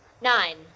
Nine